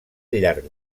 llarg